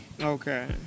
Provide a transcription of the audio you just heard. okay